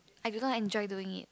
I do not enjoy doing it